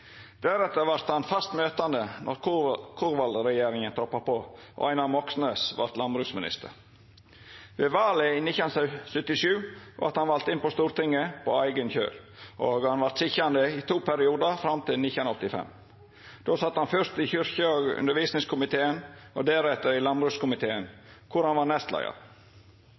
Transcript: Deretter vart han igjen fast møtande då Korvald-regjeringa troppa på, og Einar Moxnes vart landbruksminister. Ved valet i 1977 vart han vald inn på Stortinget på eigen kjøl, og han vart sitjande i to periodar, fram til 1985. Då satt han fyrst i kyrkje- og undervisningskomiteen og deretter i landbrukskomiteen, kor han var nestleiar. Stortingsvervet var likevel berre ein